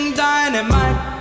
dynamite